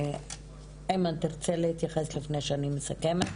איימן, תרצה להתייחס לפני שאני מסכמת?